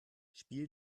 spiel